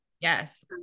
Yes